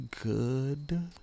good